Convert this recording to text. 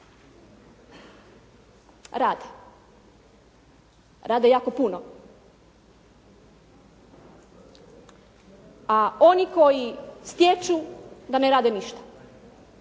rade. Rade jako puno. A oni koji stječu da ne rade ništa.